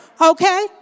okay